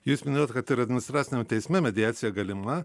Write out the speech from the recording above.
jūs minėjot kad ir administraciniame teisme mediacija galima